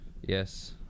yes